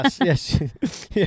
yes